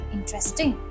Interesting